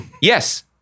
Yes